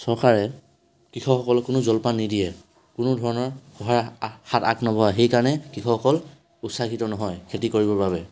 চৰকাৰে কৃষকসকলক কোনো জলপান নিদিয়ে কোনো ধৰণৰ সহায়ৰ হাত আগ নবঢ়ায় সেই কাৰণে কৃষকসকল উৎসাহিত নহয় খেতি কৰিবৰ বাবে